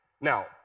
Now